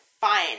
fine